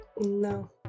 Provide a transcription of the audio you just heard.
No